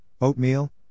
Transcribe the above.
oatmeal